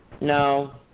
no